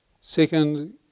second